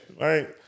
right